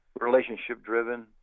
relationship-driven